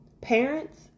Parents